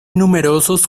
numerosos